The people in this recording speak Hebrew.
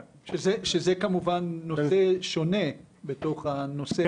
שזה, כמובן, נושא שונה בתוך הנושא.